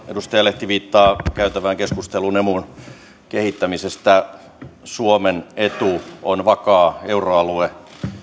edustaja lehti viittaa käytävään keskusteluun emun kehittämisestä suomen etu on vakaa euroalue